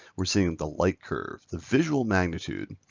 we're seeing the light curve, the visual magnitude.